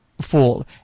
fall